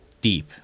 deep